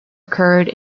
occurred